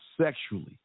sexually